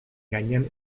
gainean